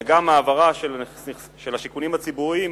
וגם להעברה של השיכונים הציבוריים